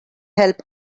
help